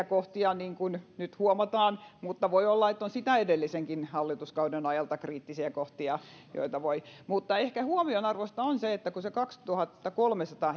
kohtia niin kuin nyt huomataan mutta voi olla että on sitä edellisenkin hallituskauden ajalta kriittisiä kohtia mutta ehkä huomionarvoista on se että kun se kaksituhattakolmesataa